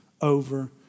over